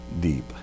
deep